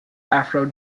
afro